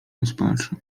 rozpaczy